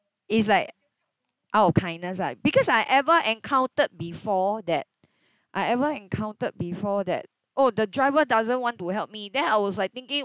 it's like out of kindness lah because I ever encountered before that I ever encountered before that oh the driver doesn't want to help me then I was like thinking